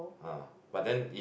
ah but then if